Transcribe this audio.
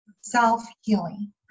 self-healing